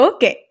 Okay